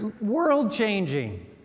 world-changing